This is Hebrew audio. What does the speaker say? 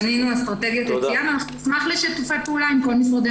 בנינו אסטרטגיית יציאה ואנחנו נשמח לשיתופי פעולה עם כל משרדי הממשלה.